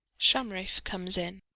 shamraeff comes in.